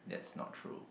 that's not true